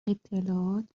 اطلاعات